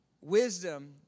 Wisdom